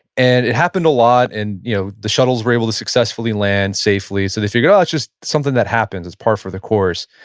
and it happened a lot. and you know the shuttles where able to successfully land safely. so, they figured, oh, it's just something that happens. it's par for the course.